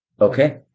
Okay